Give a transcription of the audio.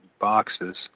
boxes